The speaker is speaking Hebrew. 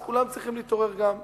אז כולם צריכים להתעורר גם כן.